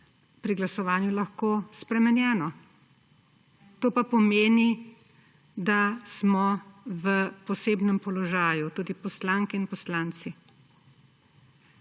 pri glasovanju lahko spremenjeno. To pa pomeni, da smo v posebnem položaju tudi poslanke in poslanci.